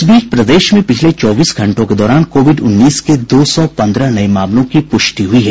इस बीच प्रदेश में पिछले चौबीस घंटों के दौरान कोविड उन्नीस के दो सौ पन्द्रह नये मामलों की प्रष्टि हुई है